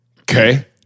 Okay